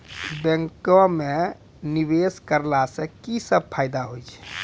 बैंको माई निवेश कराला से की सब फ़ायदा हो छै?